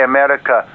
America